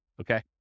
Okay